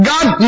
God